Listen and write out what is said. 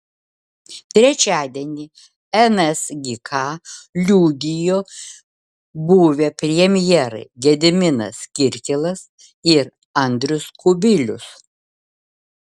trečiadienį nsgk liudijo buvę premjerai gediminas kirkilas ir andrius kubilius